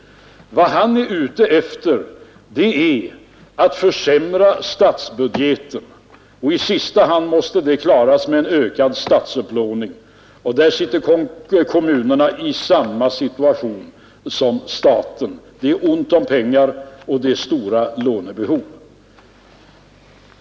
Vad han är ute efter är att försämra statsbudgeten, och i sista hand måste underskottet klaras med en ökad statlig upplåning. Där sitter kommunerna i samma situation som staten. Det är ont om pengar, och det finns stora lånebehov.